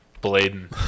Bladen